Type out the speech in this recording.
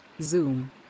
Zoom